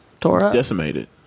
Decimated